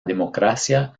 democracia